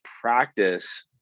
practice